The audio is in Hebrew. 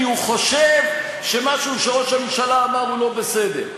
הוא חושב שמשהו שראש הממשלה אמר הוא לא בסדר.